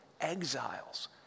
exiles